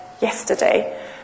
yesterday